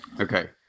okay